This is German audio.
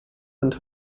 sind